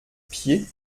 pieds